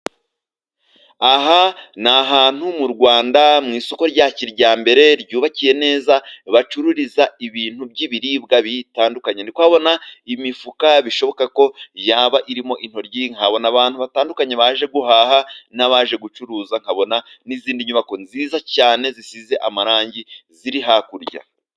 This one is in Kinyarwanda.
Aha ni ahantu mu Rwanda mu isoko rya kijyambere ryubakiye neza, bacururiza ibintu by'ibiribwa bitandukanye. Ndi kuhabona imifuka bishoboka ko yaba irimo into, nkahabona abantu batandukanye baje guhaha n'abaje gucuruza, nkabona n'izindi nyubako nziza cyane zisize amarangi ziri hakurya.